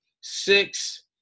six